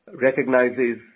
recognizes